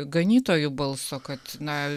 ganytojų balso kad na